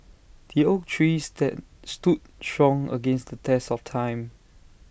the oak tree stead stood strong against the test of time